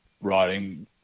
writing